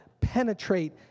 penetrate